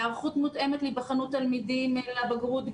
היערכות מותאמת להיבחנות תלמידים לבגרות,